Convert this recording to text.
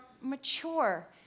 mature